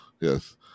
Yes